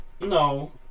no